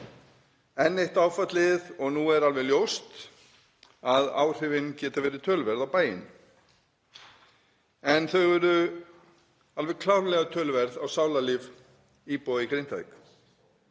Enn eitt áfallið og nú er alveg ljóst að áhrifin geta verið töluverð á bæinn en þau eru alveg klárlega töluverð á sálarlíf íbúa í Grindavík.